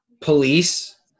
police